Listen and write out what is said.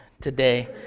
today